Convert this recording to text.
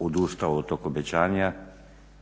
odustao od tog obećanja